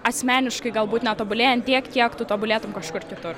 asmeniškai galbūt netobulėjant tiek kiek tu tobulėtum kažkur kitur